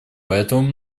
поэтому